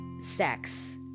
sex